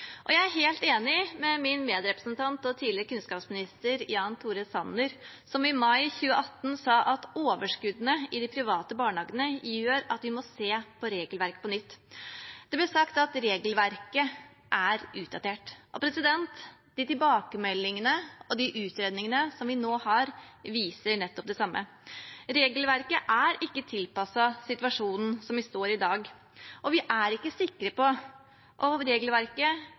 barnehagetilbud. Jeg er helt enig med min medrepresentant og tidligere kunnskapsminister Jan Tore Sanner, som i mai 2018 sa at overskuddene i de private barnehagene gjør at vi må se på regelverket på nytt. Det ble sagt at regelverket er utdatert. De tilbakemeldingene og de utredningene som vi nå har, viser det samme. Regelverket er ikke tilpasset situasjonen som vi står i i dag, og vi er ikke sikre på – og regelverket